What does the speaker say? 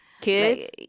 Kids